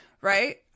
Right